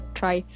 try